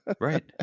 right